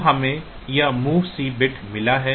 तब हमें यह MOV C बिट मिला है